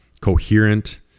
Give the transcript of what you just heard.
coherent